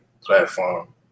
platform